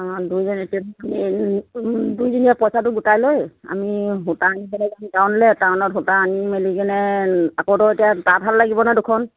অঁ দুইজনী এতি দুইজনীয়ে পইচাটো গোটাই লৈ আমি সূতা আনিবলৈ টাউনলে টাউনত সূতা আনি মেলি কিনে আকৌতো এতিয়া তাঁত ভাল লাগিব ন দুখন